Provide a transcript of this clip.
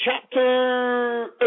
chapter